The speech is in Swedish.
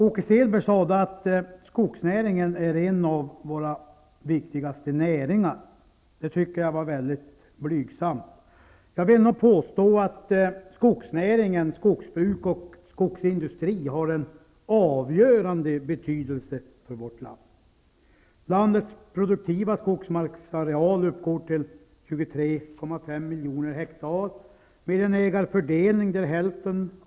Åke Selberg sade att skogsnäringen är en av våra viktigaste näringar. Jag tycker att det var blygsamt. Jag vill nog påstå att skogsnäringen, dvs. skogsbruk och skogsindustri, har en avgörande betydelse för vårt land. 300 000 personer.